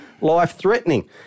life-threatening